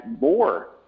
more